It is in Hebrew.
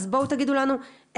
אז בואו תגידו לנו איפה,